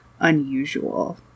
unusual